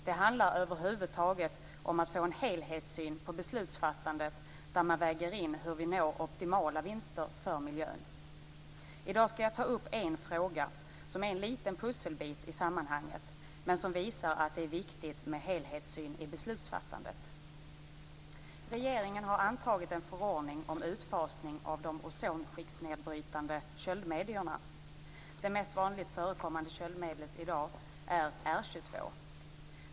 Det handlar över huvud taget om att få en helhetssyn på beslutsfattandet där man väger in hur vi når optimala vinster för miljön. I dag skall jag ta upp en fråga som är en liten pusselbit i sammanhanget men som visar att det är viktigt med en helhetssyn i beslutsfattandet. Regeringen har antagit en förordning om utfasning av de ozonskiktsnedbrytande köldmedierna. Det mest vanligt förekommande köldmediet i dag är R22.